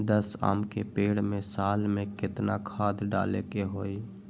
दस आम के पेड़ में साल में केतना खाद्य डाले के होई?